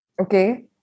Okay